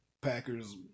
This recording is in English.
Packers